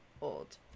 old